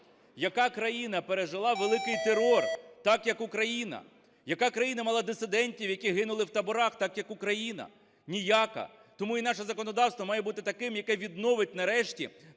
Яка країна пережила великий терор так, як Україна? Яка країна мала дисидентів, які гинули в таборах так, як Україна? Ніяка. Тому і наше законодавство має бути таким, яке відновить нарешті